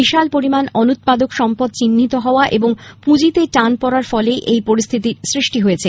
বিশাল পরিমাণ অনুৎপাদক সম্পদ চিহ্নিত হওয়া এবং পুঁজিতে টান পড়ার ফলেই এই পরিস্থিতির সৃষ্টি হয়েছে